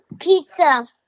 pizza